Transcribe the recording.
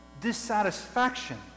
dissatisfaction